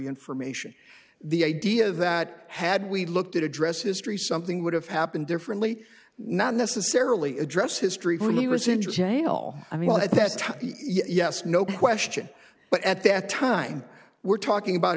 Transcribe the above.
information the idea that had we looked at address history something would have happened differently not necessarily address history when he was in jail i mean at this time yes no question but at that time we're talking about